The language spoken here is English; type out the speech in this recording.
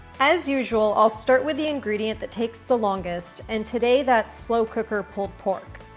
as usual, i'll start with the ingredient that takes the longest. and today that's slow cooker pulled pork.